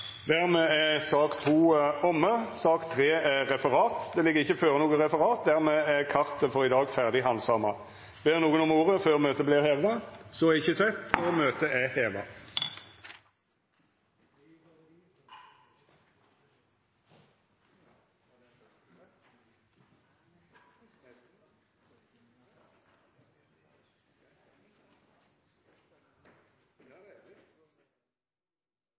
Dermed er sak nr. 2 omme. Det ligg ikkje føre noko referat. Dermed er kartet for i dag ferdig handsama. Ber nokon om ordet før møtet vert heva? – Møtet er heva.